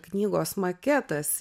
knygos maketas